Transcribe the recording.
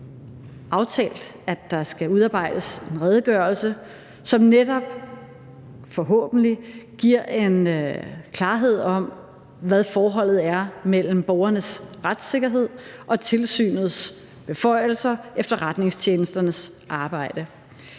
aftalt, at der skal udarbejdes en redegørelse, som netop – forhåbentlig – giver en klarhed om, hvad forholdet er mellem borgernes retssikkerhed og tilsynets beføjelser og efterretningstjenesternes arbejde.